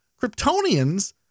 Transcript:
Kryptonians